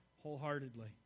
wholeheartedly